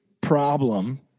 problem